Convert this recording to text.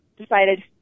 decided